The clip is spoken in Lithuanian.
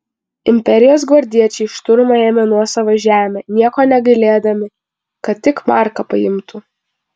imperijos gvardiečiai šturmu ėmė nuosavą žemę nieko negailėdami kad tik marką paimtų